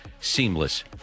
seamless